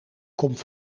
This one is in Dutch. komt